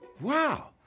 wow